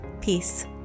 Peace